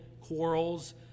quarrels